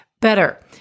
better